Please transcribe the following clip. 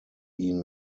ihn